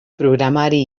programari